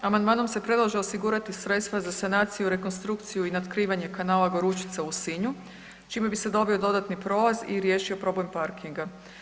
Amandmanom se predlaže osigurati sredstva za sanaciju, rekonstrukciju i natkrivanje kanala Gorućica u Sinju čime bi se dobio dodatni prolaz i riješio problem parkinga.